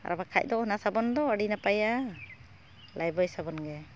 ᱟᱨ ᱵᱟᱠᱷᱟᱱ ᱫᱚ ᱚᱱᱟ ᱥᱟᱵᱚᱱ ᱫᱚ ᱟᱹᱰᱤ ᱱᱟᱯᱟᱭᱟ ᱞᱟᱭᱤᱯᱷᱵᱚᱭ ᱥᱟᱵᱚᱱᱜᱮ